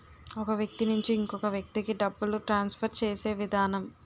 ఒక వ్యక్తి నుంచి ఇంకొక వ్యక్తికి డబ్బులు ట్రాన్స్ఫర్ చేసే విధానం